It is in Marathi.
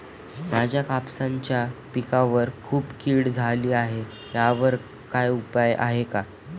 माझ्या कापसाच्या पिकावर खूप कीड झाली आहे यावर काय उपाय आहे का?